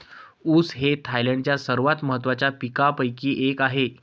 ऊस हे थायलंडच्या सर्वात महत्त्वाच्या पिकांपैकी एक आहे